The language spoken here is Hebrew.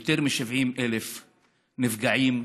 יותר מ-70,000 נפגעים,